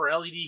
led